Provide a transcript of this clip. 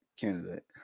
candidate